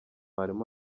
harimo